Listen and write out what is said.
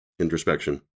Introspection